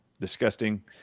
disgusting